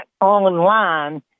online